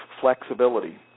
flexibility